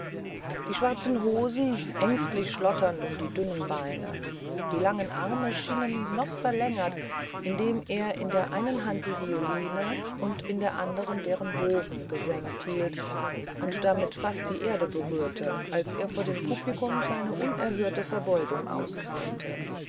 die schwarzen hosen ängstlich schlotternd um die dünnen beine die langen arme schienen noch verlängert indem er in der einen hand die violine und in der anderen den bogen gesenkt hielt und damit fast die erde berührte als er vor dem publikum seine unerhörten verbeugungen auskramte